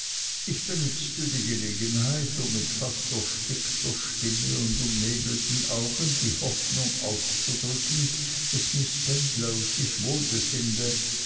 ich benützte die gelegenheit um mit fast erstickter stimme und umnebelten augen die hoffnung auszudrücken daß miß spenlow sich wohl befinde